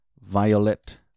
violet